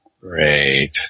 Great